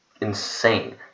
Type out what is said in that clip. insane